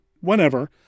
whenever